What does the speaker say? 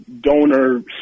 donor